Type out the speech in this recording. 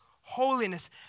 holiness